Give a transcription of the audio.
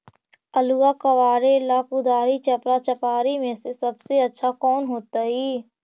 आलुआ कबारेला कुदारी, चपरा, चपारी में से सबसे अच्छा कौन होतई?